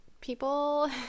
people